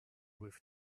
with